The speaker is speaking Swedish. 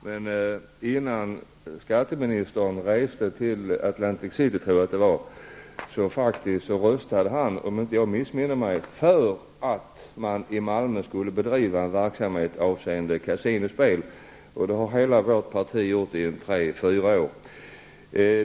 Men innan skatteministern reste till Atlantic City röstade han faktiskt, om jag inte missminner mig, för att man i Det har hela vårt parti stött i tre--fyra år.